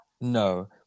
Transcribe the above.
no